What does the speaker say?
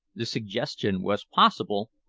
the suggestion was possible,